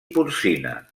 porcina